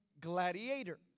gladiator